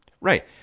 Right